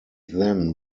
then